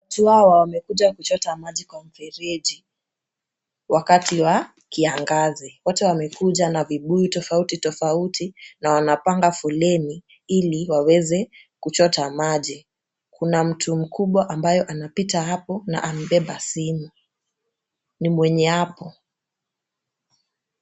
Watu hawa wamekuja kuchota maji kwa mfereji wakati wa kiangazi. Wote wamekuja na vibuyu tofauti tofauti na wanapanga foleni ili waweze kuchota maji. Kuna mtu mkubwa ambaye anapita hapo na amebeba simu, ni mwenye hapo.